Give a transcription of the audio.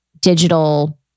digital